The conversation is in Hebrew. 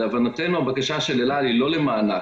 להבנתנו הבקשה של אל-על היא לא למענק,